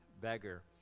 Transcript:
beggar